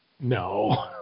No